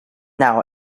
now